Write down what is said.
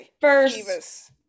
first